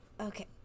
Okay